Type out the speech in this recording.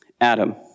Adam